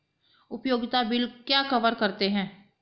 उपयोगिता बिल क्या कवर करते हैं?